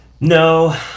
No